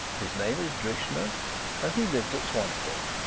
his name is drishna and he lives at swanstead.